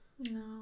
No